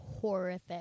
horrific